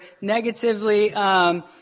negatively